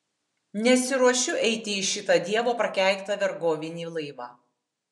nesiruošiu eiti į šitą dievo prakeiktą vergovinį laivą